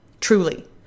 Truly